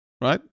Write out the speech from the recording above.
right